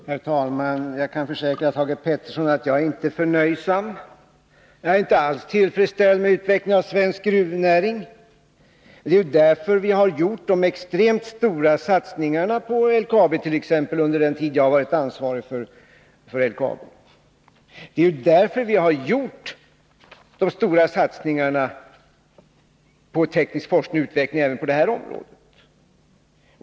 Herr talman! Jag kan försäkra Thage Peterson att jag inte är förnöjsam. Jag är inte alls tillfredsställd med utvecklingen av svensk gruvnäring. Det är därför vi gjort de extremt stora satsningarna på exempelvis LKAB under den tid som jag varit ansvarig för detta företag. Det är därför vi gjort de stora satsningarna på teknisk forskning och utveckling även på detta område.